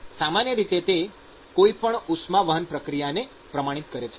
સામાન્ય રીતે તે કોઈ પણ ઉષ્મા વહન પ્રક્રિયાને પ્રમાણિત કરે છે